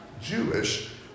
Jewish